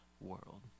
world